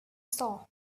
saw